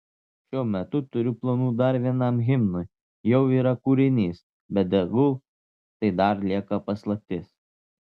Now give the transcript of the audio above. šiuo metu turiu planų dar vienam himnui jau yra kūrinys bet tegul tai dar lieka paslaptis